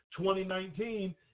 2019